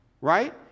Right